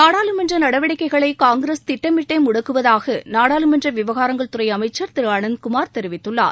நாடாளுமன்ற நடவடிக்கைகளை காங்கிரஸ் திட்டமிட்டே முடக்குவதாக நாடாளுமன்ற விவகாரங்கள் துறை அமைச்சர் திரு அனந்த் குமார் தெரிவித்துள்ளார்